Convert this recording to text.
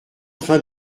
train